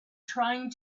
trying